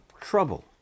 trouble